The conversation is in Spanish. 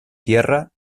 tierra